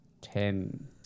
ten